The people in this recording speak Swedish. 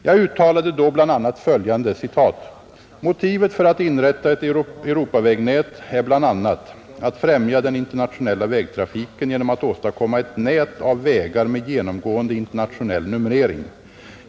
Jag uttalade då bl.a. följande: ”Motivet för att inrätta ett Europavägnät är bl.a. att främja den internationella vägtrafiken genom att åstadkomma ett nät av vägar med genomgående internationell numrering.